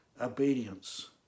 obedience